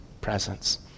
presence